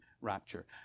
rapture